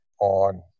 on